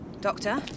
Doctor